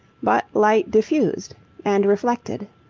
but light diffused and reflected.